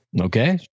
Okay